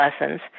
lessons